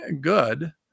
good